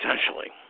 essentially